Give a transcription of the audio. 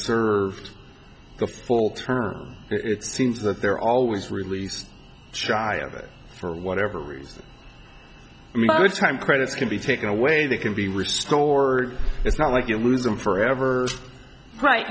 served the full term it seems that they're always released shy of it for whatever reason or time credits can be taken away they can be restored it's not like you lose them forever right